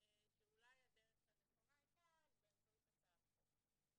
שאולי הדרך הנכונה הייתה באמצעות הצעת חוק.